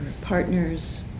partners